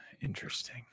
interesting